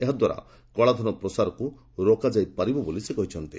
ଏହାଦ୍ୱାରା କଳାଧନ ପ୍ରସାରକୁ ରୋକି ହେବ ବୋଲି ସେ କହିଛନ୍ତି